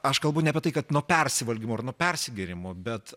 aš kalbu ne apie tai kad nuo persivalgymo ar nuo persigėrimo bet